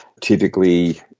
typically